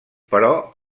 però